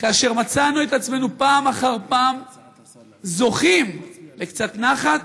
כאשר מצאנו את עצמנו פעם אחר פעם זוכים לקצת נחת